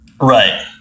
right